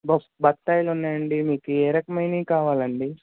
bus బత్తాయలు ఉన్నాయండి మీకు ఏ రకమైనవి కావాలండి